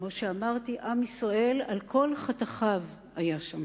כמו שאמרתי, עם ישראל על כל חתכיו היה שם.